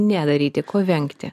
nedaryti ko vengti